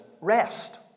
rest